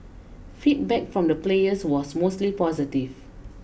feedback from the players was mostly positive